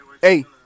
hey